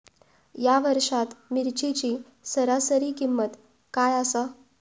या वर्षात मिरचीची सरासरी किंमत काय आसा?